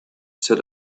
set